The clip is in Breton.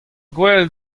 gouel